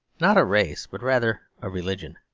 not a race, but rather a religion,